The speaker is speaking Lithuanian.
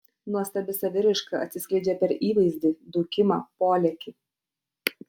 nuostabi saviraiška atsiskleidžia per įvaizdį dūkimą polėkį